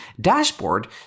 dashboard